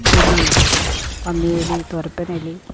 എലിയും പന്നി എലി തുരപ്പൻ എലി